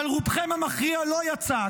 אבל רובכם המכריע לא יצא,